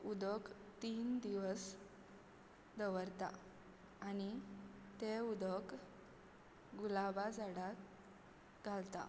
उदक तीन दिवस दवरता आनी तें उदक गुलाबा झाडा घालता